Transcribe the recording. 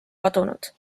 kadunud